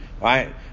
Right